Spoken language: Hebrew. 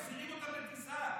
מחזירים אותם בטיסה.